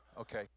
Okay